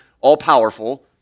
all-powerful